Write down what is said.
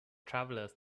travelers